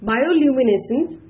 Bioluminescence